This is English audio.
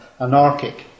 anarchic